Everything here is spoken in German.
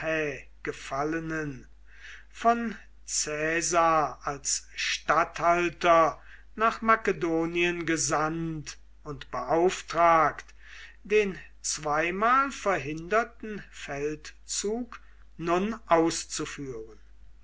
gefallenen von caesar als statthalter nach makedonien gesandt und beauftragt den zweimal verhinderten feldzug nun auszuführen